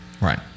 right